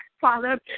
Father